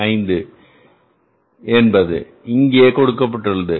5 என்பது இங்கே கொடுக்கப்பட்டுள்ளது